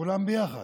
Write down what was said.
כולם ביחד.